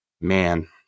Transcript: man